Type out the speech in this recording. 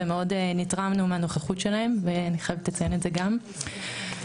ואני חייבת לציין שמאוד נתרמנו מהנוכחות שלהן.